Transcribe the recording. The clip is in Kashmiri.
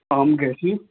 اَم گژھِ